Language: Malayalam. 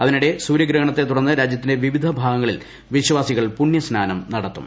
അതിനിടെ സൂര്യഗ്രഹണത്തെ തുടർന്ന് രാജ്യത്തിന്റെ വിവിധ ഭാഗങ്ങളിൽ വിശ്വാസികൾ പുണ്യസ്നാനു ന്ടുത്തും